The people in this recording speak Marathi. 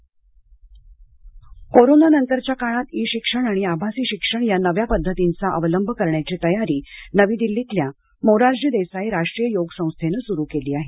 आयष योग कोरोना नंतरच्या काळात ई शिक्षण आणि आभासी शिक्षण या नव्या पद्धतींचा अवलंब करण्याची तयारी नवी दिल्लीतल्या मोरारजी देसाई राष्ट्रीय योग संस्थेनं सुरू केली आहे